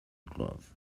glove